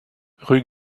rue